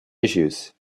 issues